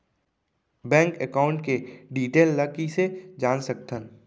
Bank account के detail ल कइसे जान सकथन?